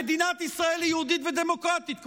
שמדינת ישראל היא יהודית ודמוקרטית,